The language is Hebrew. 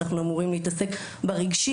אנחנו אמורים להתעסק ברגשי,